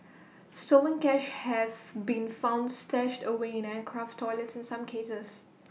stolen cash have been found stashed away in aircraft toilets in some cases